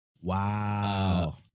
Wow